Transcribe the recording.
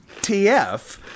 TF